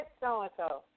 so-and-so